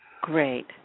Great